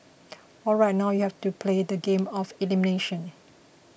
alright now you have to play the game of elimination